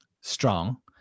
strong